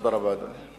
תודה רבה, אדוני.